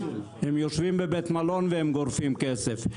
הם יושבים בבית מלון והם גורפים כסף.